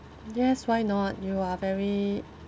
yes why not you are very